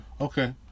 okay